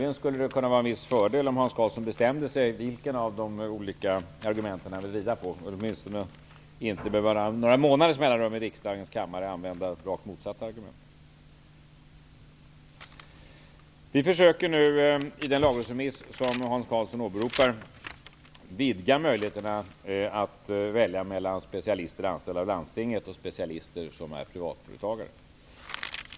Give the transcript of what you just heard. Det skulle vara en viss fördel om Hans Karlsson bestämde vilket av de olika argumenten han vill använda. Han behöver åtminstone inte bara med några månaders mellanrum i riksdagens kammare byta till rakt motsatt argument. I den lagrådsremiss som Hans Karlsson åberopar vill vi att man vidgar möjligheterna att välja mellan specialister anställda av landstinget och specialister som är privatföretagare.